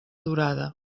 durada